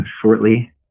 shortly